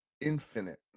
infinite